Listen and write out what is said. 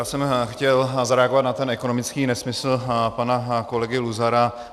Já jsem chtěl zareagovat na ten ekonomický nesmysl pana kolegy Luzara.